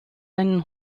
einen